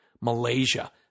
Malaysia